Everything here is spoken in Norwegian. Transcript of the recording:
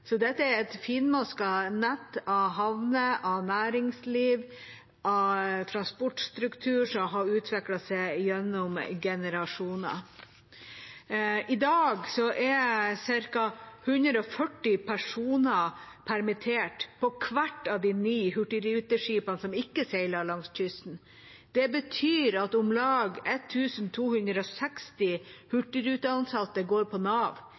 Dette er et finmasket nett av havner, næringsliv og transportstruktur som har utviklet seg gjennom generasjoner. På hvert av de nye hurtigruteskipene som ikke seiler langs kysten, er i dag ca. 140 personer permittert. Det betyr at om lag 1 260 hurtigruteansatte går på Nav